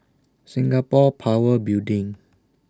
Singapore Power Building